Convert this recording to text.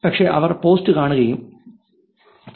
പക്ഷെ അവർ പോസ്റ്റ് കാണുകയും ചെയ്തു